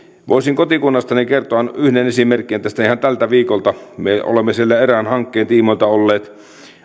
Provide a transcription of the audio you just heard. voisin kertoa kotikunnastani yhden esimerkin ihan tältä viikolta me olemme siellä erään hankkeen tiimoilta olleet